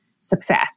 success